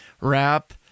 rap